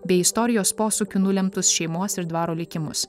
bei istorijos posūkių nulemtus šeimos ir dvaro likimus